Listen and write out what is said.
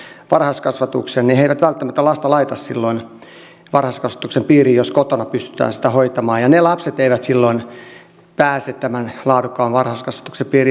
he eivät välttämättä lasta laita silloin varhaiskasvatuksen piiriin jos kotona pystytään hoitamaan ja ne lapset eivät silloin pääse tämän laadukkaan varhaiskasvatuksen piiriin